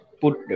put